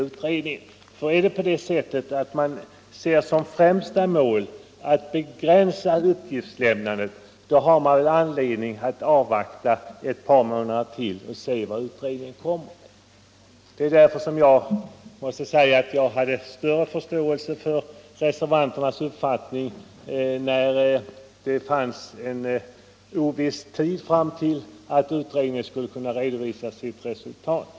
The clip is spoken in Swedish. Ser man som det viktigaste målet att begränsa uppgiftslämnandet, har man anledning att vänta i ett par månader för att se vad utredningen föreslår. Jag hade större förståelse för reservanternas uppfattning då man inte visste när utredningen skulle redovisa sitt resultat.